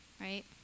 Right